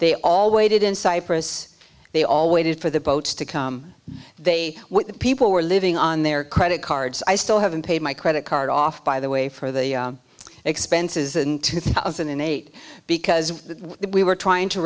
they all waited in cypress they all waited for the boat to come they were people were living on their credit cards i still haven't paid my credit card off by the way for the expenses and two thousand and eight because we were trying to